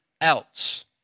else